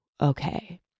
okay